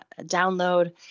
download